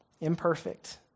imperfect